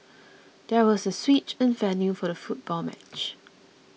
there was a switch in the venue for the football match